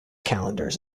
calendars